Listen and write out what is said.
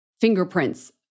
fingerprints